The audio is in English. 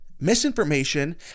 misinformation